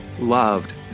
loved